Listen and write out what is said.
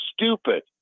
stupid